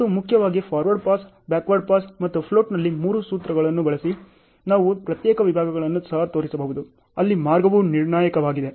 ಮತ್ತು ಮುಖ್ಯವಾಗಿ forward pass backward pass ಮತ್ತು ಫ್ಲೋಟ್ನಲ್ಲಿ ಮೂರು ಸೂತ್ರಗಳನ್ನು ಬಳಸಿ ನಾವು ಪ್ರತ್ಯೇಕ ವಿಭಾಗಗಳನ್ನು ಸಹ ತೋರಿಸಬಹುದು ಅಲ್ಲಿ ಮಾರ್ಗವು ನಿರ್ಣಾಯಕವಾಗಿದೆ